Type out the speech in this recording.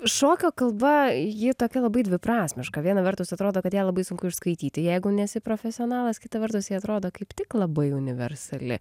šokio kalba ji tokia labai dviprasmiška viena vertus atrodo kad ją labai sunku išskaityti jeigu nesi profesionalas kita vertus ji atrodo kaip tik labai universali